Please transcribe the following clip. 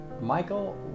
Michael